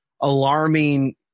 alarming